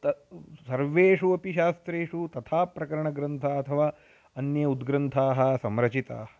तत् सर्वेषु अपि शास्त्रेषु तथा प्रकरणग्रन्थाः अथवा अन्ये उद्ग्रन्थाः संरचिताः